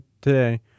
today